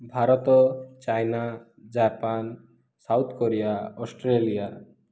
Bharat China Japan South Korea Australia